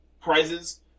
prizes